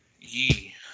ye